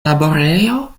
laborejo